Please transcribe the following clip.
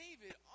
David